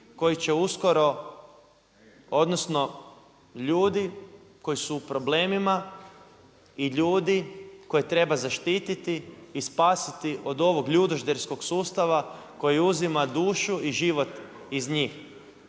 koji će tek uskoro, odnosno, ljudi koji su u problemima i ljudi koje treba zaštiti i spasiti od ovog ljudožderskog sustava koji uzima dušu i život iz njih.